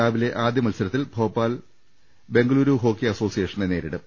രാവിലെ ആദ്യമത്സരത്തിൽ ഭോപ്പാൽ ബെങ്കലുരു ഹോക്കി അസോസിയേഷനെ നേരിടും